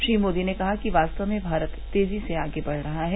श्री मोदी ने कहा कि वास्तव में भारत तेजी से आगे बढ़ रहा है